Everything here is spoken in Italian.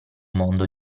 mondo